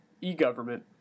e-government